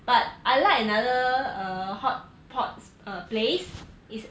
but I like another err hotpot err place it's